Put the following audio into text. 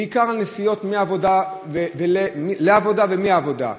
בעיקר נסיעות לעבודה ומהעבודה.